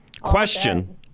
Question